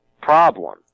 problem